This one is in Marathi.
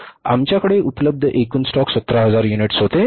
आमच्याकडे उपलब्ध एकूण स्टॉक 17000 युनिट्स होते